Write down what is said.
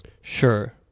Sure